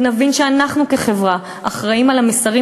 ונבין שאנחנו כחברה אחראים למסרים